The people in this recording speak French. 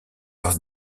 leur